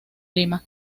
lima